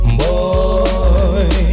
boy